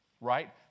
right